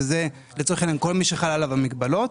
שזה לצורך העניין כל מי שחלות עליו המגבלות.